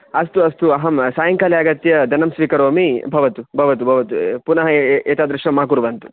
अस्तु अस्तु अहं सयङ्काले आगत्य धनं स्वीकरोमि भवतु भवतु भवतु पुनः एवम् एवम् एतादृशं मा कुर्वन्तु